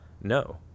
no